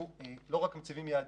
אנחנו לא רק מציבים יעדים,